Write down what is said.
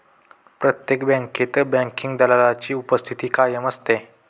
प्रत्येक बँकेत बँकिंग दलालाची उपस्थिती कायम असते